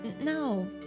No